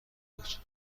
بود